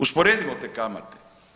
Usporedimo te kamate.